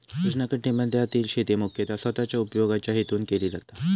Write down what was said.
उष्णकटिबंधातील शेती मुख्यतः स्वतःच्या उपयोगाच्या हेतून केली जाता